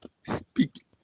speak